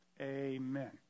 Amen